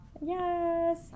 Yes